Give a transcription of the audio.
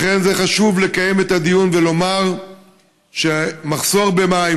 לכן חשוב לקיים את הדיון ולומר שמחסור במים